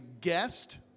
guest